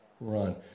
run